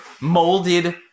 molded